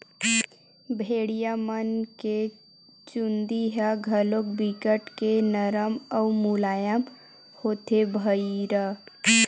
भेड़िया मन के चूदी ह घलोक बिकट के नरम अउ मुलायम होथे भईर